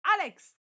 Alex